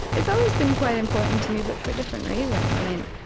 it's always been quite important to me, but for different reasons. i mean,